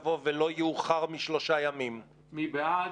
יבוא: "לגבי 100". מי בעד?